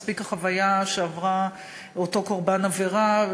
מספיק החוויה שעברה קורבן העבירה,